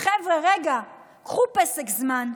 חבר'ה רגע, קחו פסק זמן,